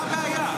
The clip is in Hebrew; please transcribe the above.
מה הבעיה?